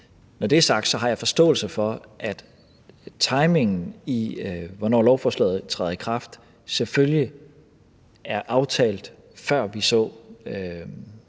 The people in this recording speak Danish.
Når det er sagt, har jeg forståelse for, at timingen i, hvornår lovforslaget træder i kraft, selvfølgelig er aftalt, før vi havde